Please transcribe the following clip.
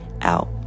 out